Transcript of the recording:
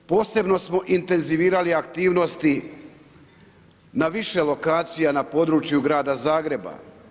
Posebno smo intenzivirali aktivnosti na više lokacija na području Grada Zagreba.